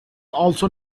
also